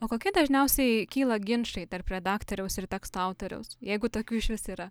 o kokie dažniausiai kyla ginčai tarp redaktoriaus ir teksto autoriaus jeigu tokių išvis yra